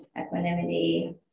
equanimity